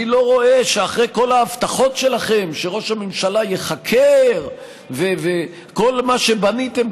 אני לא רואה שאחרי כל ההבטחות שלכם שראש הממשלה ייחקר וכל מה שבניתם,